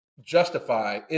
justify